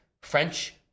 French